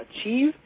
achieve